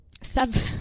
Seven